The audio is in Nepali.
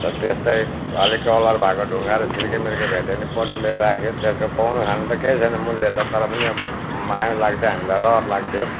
र त्यस्तै अलिक कलर भएको ढुङ्गाहरू छिर्के मिर्के भेट्यो भने बटुलेर राख्यो त्यसको पाउनु खानु त केही छैन मूल्य त तर पनि अब माया लाग्थ्यो हामीलाई रहर लाग्थ्यो